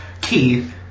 Keith